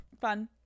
fun